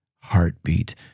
heartbeat